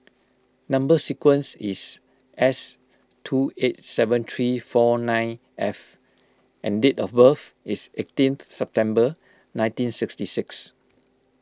Number Sequence is S two eight seven three four nine F and date of birth is eighteenth September nineteen sixty six